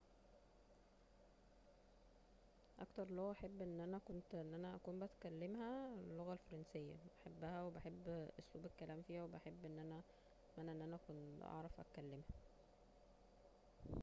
اكتر لغة احب أن أنا كنت أن أنا اكون بتكلمها اللغة الفرنسية بحبها وبحب اسلوب الكلام فيها وبحب أن أنا اتمنى ان أنا اكون بعرف اتكلمها